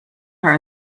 her